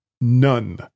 none